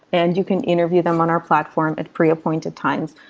and you can interview them on our platform at pre-appointed times.